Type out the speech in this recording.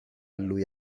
lui